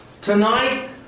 Tonight